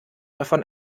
davon